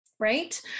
right